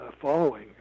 following